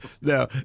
now